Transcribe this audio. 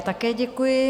Také děkuji.